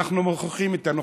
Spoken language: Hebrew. אנחנו מוכיחים את הנוכחות.